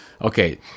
okay